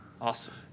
Awesome